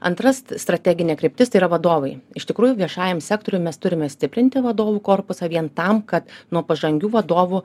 antras strateginė kryptis tai yra vadovai iš tikrųjų viešajam sektoriui mes turime stiprinti vadovų korpusą vien tam kad nuo pažangių vadovų